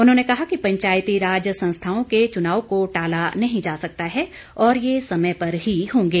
उन्होंने कहा कि पंचायतीराज संस्थाओं के चुनाव को टाला नहीं जा सकता है और यह समय पर ही होंगे